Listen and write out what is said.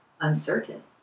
uncertain